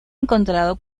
encontrado